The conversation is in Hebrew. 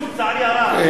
לצערי הרב.